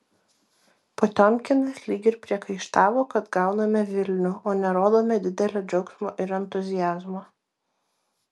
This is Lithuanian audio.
potiomkinas lyg ir priekaištavo kad gauname vilnių o nerodome didelio džiaugsmo ir entuziazmo